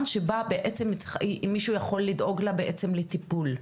שבו בעצם מישהו יכול לדאוג לה לטיפול,